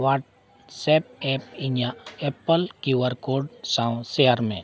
WhatsApp app ᱤᱧᱟᱹᱜ ᱟᱯᱮᱞ Q R code ᱥᱟᱶ ᱥᱮᱭᱟᱨ ᱢᱮ